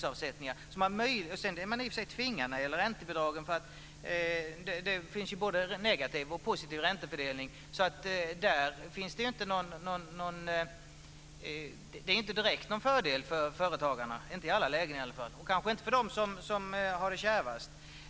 Man är i och för sig tvingad när det gäller räntebidragen. Det finns både en negativ och en positiv räntefördelning. Det är inte direkt någon fördel för företagarna i alla lägen och kanske inte för dem som har det kärvast.